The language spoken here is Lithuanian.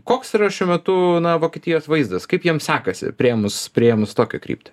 koks yra šiuo metu na vokietijos vaizdas kaip jiem sekasi priėmus priėmus tokią kryptį